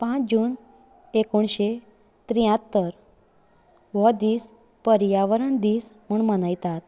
पांच जून एकूणीश्शे त्र्यात्तर हो दिस पर्यावरण दिस म्हूण मनयतात